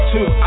Two